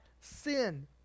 sin